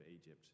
Egypt